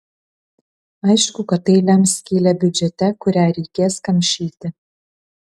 aišku kad tai lems skylę biudžete kurią reikės kamšyti